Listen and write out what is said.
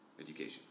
education